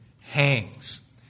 hangs